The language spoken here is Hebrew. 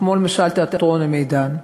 כמו תיאטרון "אלמידאן",